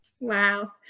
Wow